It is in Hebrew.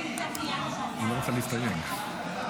כנסת נכבדה, היום הוא היום ה-178 למלחמה,